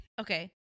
Okay